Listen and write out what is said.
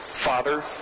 father